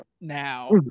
now